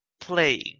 playing